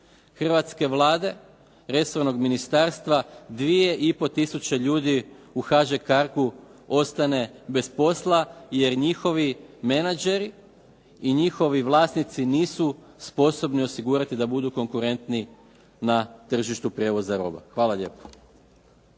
hrvatske Vlade, resornog ministarstva 2,5 tisuće ljudi u HŽ Cargu ostane bez posla jer njihovi menadžeri i njihovi vlasnici nisu sposobni osigurati da budu konkurentni na tržištu prijevoza roba. Hvala lijepo.